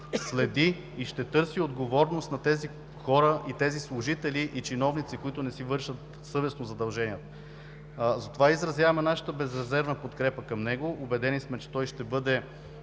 следи и ще търси отговорност на тези хора, на тези служители и чиновници, които не си вършат съвестно задълженията. Затова изразяваме нашата безрезервна подкрепа към него. Убедени сме, че той ще бъде